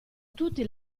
tutti